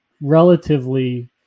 relatively